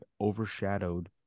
overshadowed